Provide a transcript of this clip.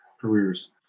careers